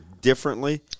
differently